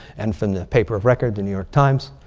and from the paper of record, the new york times.